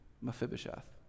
Mephibosheth